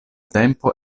tempo